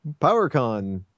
PowerCon